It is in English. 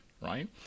right